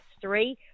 three